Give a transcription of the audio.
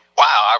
wow